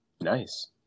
Nice